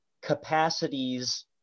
capacities